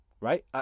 Right